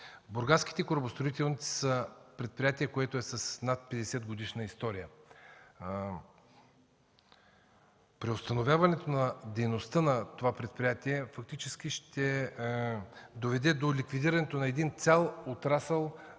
„Бургаските корабостроителници” са предприятие с над 50 годишна история. Преустановяването на дейността на това предприятие фактически ще доведе до ликвидирането на един цял отрасъл